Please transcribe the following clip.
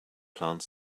plant